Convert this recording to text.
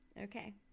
Okay